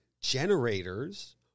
generators